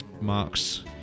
Mark's